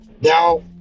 Now